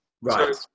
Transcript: Right